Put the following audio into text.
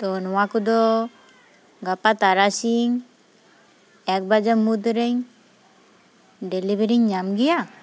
ᱛᱚ ᱱᱚᱣᱟ ᱠᱚᱫᱚ ᱜᱟᱯᱟ ᱛᱟᱨᱟᱥᱤᱧ ᱮᱠ ᱵᱟᱡᱟᱜ ᱢᱩᱫᱽᱨᱮᱧ ᱰᱮᱞᱤᱵᱷᱟᱨᱤᱧ ᱧᱟᱢ ᱜᱮᱭᱟ